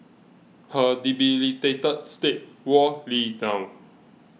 her debilitated state wore Lee down